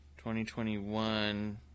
2021